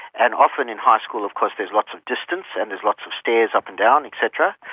and often in high school of course there's lots of distance and there's lots of stairs up and down et cetera,